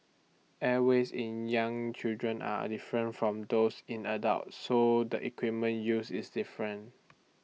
airways in young children are different from those in adults so the equipment use is different